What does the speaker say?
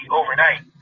overnight